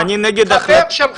חבר שלך,